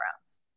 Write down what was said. grounds